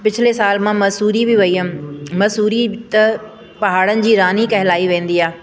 पिछ्ले साल मां मसूरी बि वई हुअमि मसूरी त पहाड़नि जी रानी कहिलाई वेंदी आहे